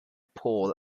paul